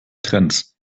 trends